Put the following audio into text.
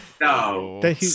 No